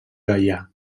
gaià